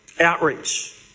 outreach